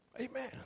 Amen